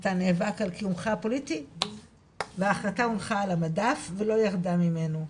אתה נאבק על קיומך הפוליטי - וההחלטה הונחה על המדף ולא ירדה ממנו.